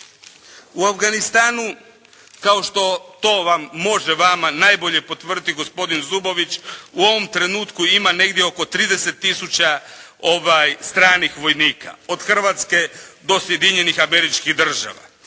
U Afganistanu kao što to vam može vama najbolje potvrditi gospodin Zubović u ovom trenutku ima negdje oko 30 tisuća stranih vojnika, od Hrvatske do Sjedinjenih Američkih Država.